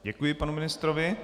Děkuji panu ministrovi.